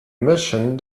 mission